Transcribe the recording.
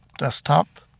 desktop,